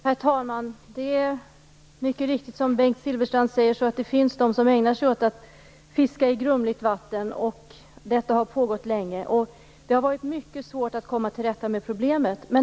Herr talman! Det är mycket riktigt som Bengt Silfverstrand säger. Det finns de som ägnar sig åt att fiska i grumligt vatten. Detta har pågått länge. Det har varit mycket svårt att komma till rätta med problemet.